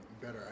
better